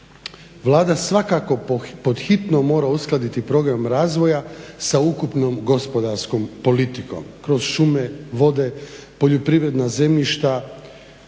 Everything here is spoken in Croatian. Vlada svakako pod hitno mora uskladiti program razvoja sa ukupnom gospodarskom politikom kroz šume, vode, poljoprivredna zemljišta,